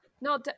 No